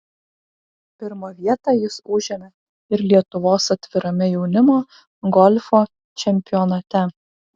pirmą vietą jis užėmė ir lietuvos atvirame jaunimo golfo čempionate